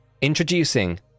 introducing